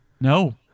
no